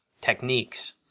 techniques